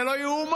זה לא ייאמן.